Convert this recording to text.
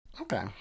Okay